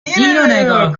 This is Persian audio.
اینو